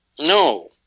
no